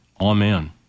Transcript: amen